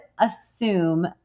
assume